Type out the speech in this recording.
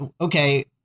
okay